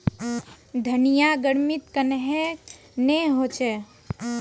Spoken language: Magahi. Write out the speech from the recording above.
धनिया गर्मित कन्हे ने होचे?